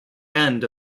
end